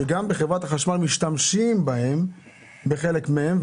שגם בחברת החשמל משתמשים בחלק מהם.